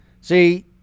See